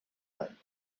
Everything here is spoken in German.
ein